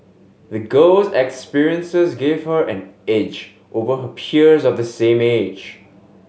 the girl's experiences gave her an edge over her peers of the same age